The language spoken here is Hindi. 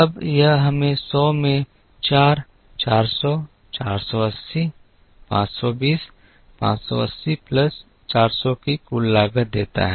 अब यह हमें सौ में 4 400 480 520 580 प्लस 400 की कुल लागत देता है